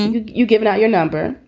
you you giving out your number?